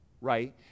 right